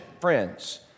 friends